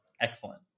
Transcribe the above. excellent